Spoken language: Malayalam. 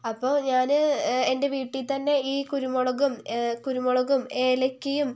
അപ്പോൾ ഞാൻ എൻ്റെ വീട്ടിൽ തന്നെ ഈ കുരുമുളകും കുരുമുളകും ഏലയ്ക്കയും